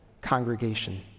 congregation